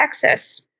Texas